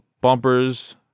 bumpers